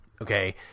Okay